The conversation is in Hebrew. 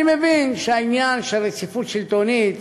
אני מבין שהעניין של רציפות שלטונית